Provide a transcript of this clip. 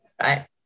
Right